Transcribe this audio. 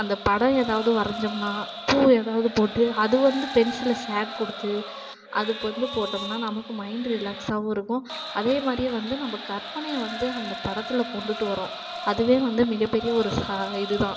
அந்த படம் எதாவது வரைஞ்சோம்னா பூ எதாவது போட்டு அது வந்து பென்சிலில் ஷேட் கொடுத்து அது வந்து போட்டோம்னால் நமக்கு மைண்ட் ரிலேக்ஸாகவும் இருக்கும் அதே மாதிரியே வந்து நம்ம கற்பனையை வந்து அந்த படத்தில் கொண்டுட்டு வரோம் அதுவே வந்து மிகப்பெரிய ஒரு சா இதுதான்